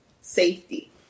safety